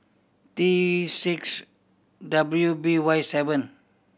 T six W B Y seven